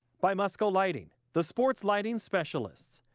by musco lighting, the sports lighting specialist,